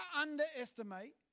underestimate